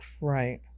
right